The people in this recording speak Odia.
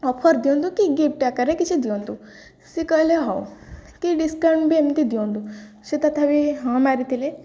ଅଫର୍ ଦିଅନ୍ତୁ କି ଗିଫ୍ଟ ଆକାରରେ କିଛି ଦିଅନ୍ତୁ ସେ କହିଲେ ହଉ କି ଡିସକାଉଣ୍ଟ ବି ଏମିତି ଦିଅନ୍ତୁ ସେ ତଥାପି ହଁ ମାରିଥିଲେ